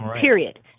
period